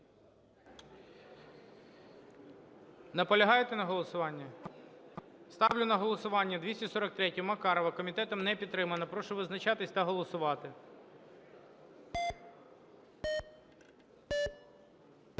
Наполягаєте на голосуванні? Ставлю на голосування 243-ю Макарова. Комітетом не підтримана. Прошу визначатись та голосувати.